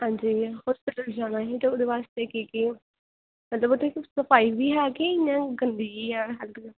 आं जी हॉस्पिटल जाना हा ओह्दे बास्तै क्योंकि तुस सफाई बी करांदे जां गंदगी ऐ